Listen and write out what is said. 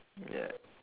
ya